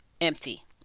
empty